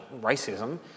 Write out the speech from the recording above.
racism